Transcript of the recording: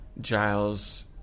Giles